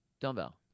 Dumbbell